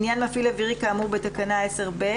לעניין מפעיל אווירי כאמור בתקנה 10(ב)